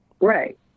Right